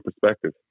perspective